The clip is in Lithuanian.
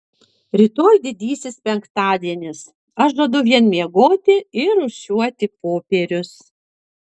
rytoj didysis penktadienis aš žadu vien miegoti ir rūšiuoti popierius